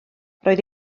roedd